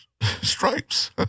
stripes